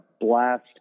blast